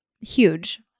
huge